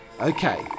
Okay